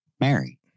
Mary